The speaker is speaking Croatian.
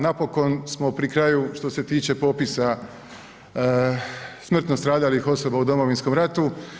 Napokon smo pri kraju što se tiče popisa smrtno stradalih osoba u Domovinskom ratu.